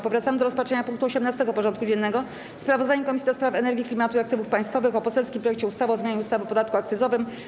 Powracamy do rozpatrzenia punktu 18. porządku dziennego: Sprawozdanie Komisji do Spraw Energii, Klimatu i Aktywów Państwowych o poselskim projekcie ustawy o zmianie ustawy o podatku akcyzowym.